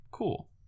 Cool